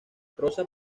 rosa